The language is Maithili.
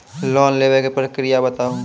लोन लेवे के प्रक्रिया बताहू?